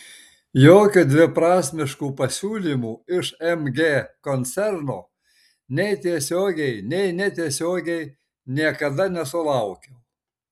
jokių dviprasmiškų pasiūlymų iš mg koncerno nei tiesiogiai nei netiesiogiai niekada nesulaukiau